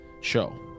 show